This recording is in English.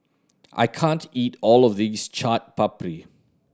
I can't eat all of this Chaat Papri